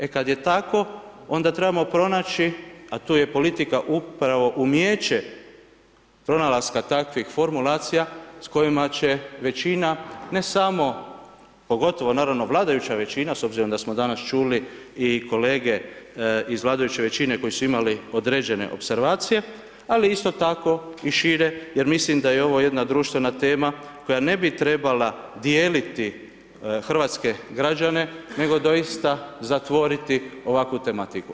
E, kad je tako, onda trebamo pronaći, a tu je politika upravo umijeće pronalaska takvih formulacija, s kojima će većina, ne samo, pogotovo, naravno vladajuća većina, s obzirom da smo danas čuli i kolege iz vladajuće većine, koje su imali određene opservacije, ali isto tako i šire, jer mislim da je ovo jedna društvena tema, koja ne bi trebala dijeliti hrvatske građane, nego doista zatvoriti ovakvu tematiku.